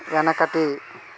వెనకటి